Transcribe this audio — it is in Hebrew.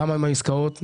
כמה מהעסקאות נחתמות,